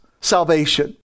salvation